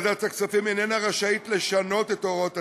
ועדת הכספים אינה רשאית לשנות את הוראות הצו,